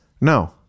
no